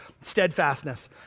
Steadfastness